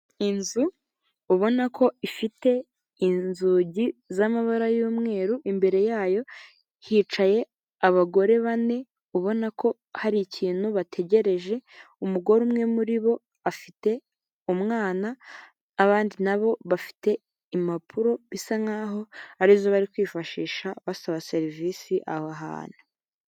Inzu ubona ko ifite inzugi z'amabara y'umweru, imbere yayo hicaye abagore bane ubona ko hari ikintu bategereje, umugore umwe muri bo afite umwana, abandi nabo bafite impapuro bisa nkaho ari zo bari kwifashisha basaba serivisi aha hantu.